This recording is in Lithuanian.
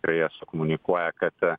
tikrai eso komunikuoja kad